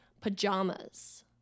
pajamas